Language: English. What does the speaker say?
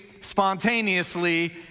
spontaneously